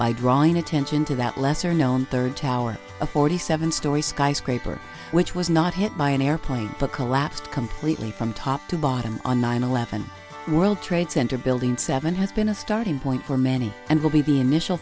by drawing attention to that lesser known third tower a forty seven story skyscraper which was not hit by an airplane but collapsed completely from top to bottom on nine eleven world trade center building seven has been a starting point for many and will be the initial